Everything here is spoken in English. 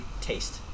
taste